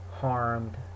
harmed